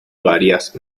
varias